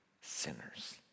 sinners